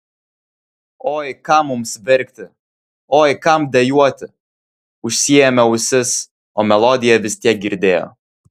oi kam mums verkti oi kam dejuoti užsiėmė ausis o melodiją vis tiek girdėjo